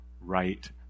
right